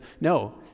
no